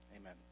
Amen